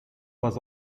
was